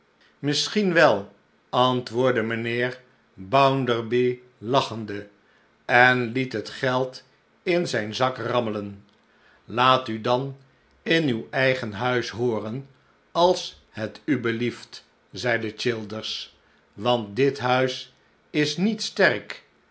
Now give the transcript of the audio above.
misschien wel antwoordde mijnheer bounderby lachende en liet het geld in zijn zak rammelen laat u dan in uw eigen huis hooren als het u belieft zeide childers want dit huis is niet sterk